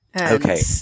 Okay